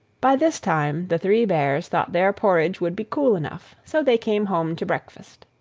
by this time the three bears thought their porridge would be cool enough so they came home to breakfast.